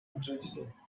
interesting